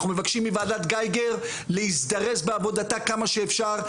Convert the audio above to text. אנחנו מבקשים מוועדת גייגר להזדרז בעבודתה כמה שאפשר,